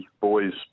boys